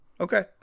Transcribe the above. Okay